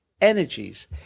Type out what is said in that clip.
energies